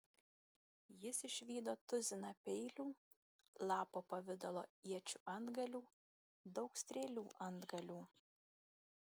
jis išvydo tuziną peilių lapo pavidalo iečių antgalių daug strėlių antgalių